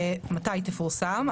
מתי היא תפורסם?